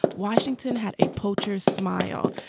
washington had a poacher's smile,